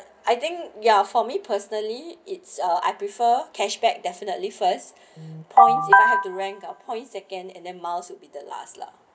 I think ya for me personally it's uh I prefer cashback definitely first points you have to rank points second and then miles will be the last lah